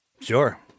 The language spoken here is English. Sure